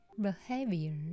behavior